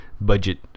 budget